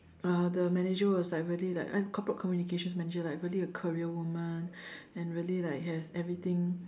uh the manager was like really like the corporate communication manager like really like a career woman and really like has everything